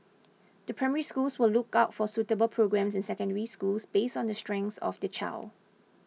the Primary Schools will look out for suitable programmes in Secondary Schools based on the strengths of the child